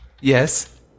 Yes